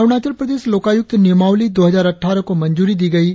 अरुणाचल प्रदेश लोकायुक्त नियमावली दो हजार अट़ठारह को मंजूरी दी गई है